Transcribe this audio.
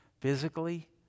physically